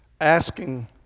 asking